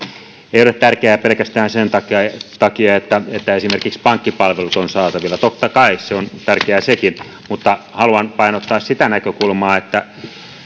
ole tärkeää pelkästään sen takia että että esimerkiksi pankkipalvelut ovat saatavilla totta kai se on tärkeää sekin mutta haluan painottaa sitä näkökulmaa että